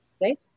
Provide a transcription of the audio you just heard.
Right